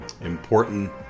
important